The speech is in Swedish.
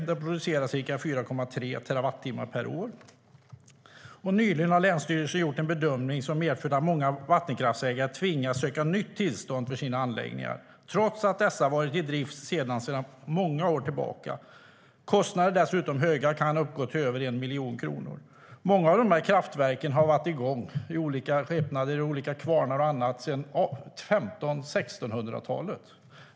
Där produceras ca 4,3 terawattimmar per år. Nyligen har länsstyrelserna gjort en bedömning som medfört att många vattenkraftsägare tvingas söka nytt tillstånd för sina anläggningar trots att dessa varit i drift sedan många år tillbaka. Kostnaderna är dessutom höga. De kan uppgå till över 1 miljon kronor. Många av de här kraftverken har varit igång i olika skepnader, i olika kvarnar och annat, sedan 1500-talet eller 1600-talet.